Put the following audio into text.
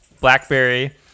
blackberry